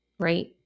right